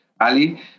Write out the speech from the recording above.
Ali